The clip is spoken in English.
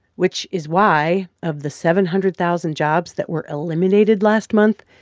which is why of the seven hundred thousand jobs that were eliminated last month,